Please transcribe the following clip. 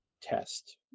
test